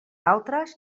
altres